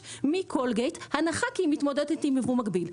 מקולגייט הנחה כי היא מתמודדת עם ייבוא מקביל,